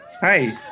Hi